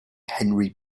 henry